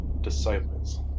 disciples